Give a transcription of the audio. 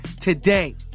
today